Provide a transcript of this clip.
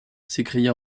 s’écria